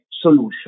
solution